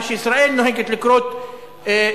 מה שישראל נוהגת לקרוא שטחים,